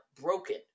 broken